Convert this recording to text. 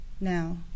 now